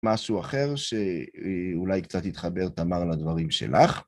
משהו אחר שאולי קצת יתחבר, תמר, לדברים שלך.